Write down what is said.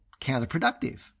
counterproductive